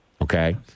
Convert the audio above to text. Okay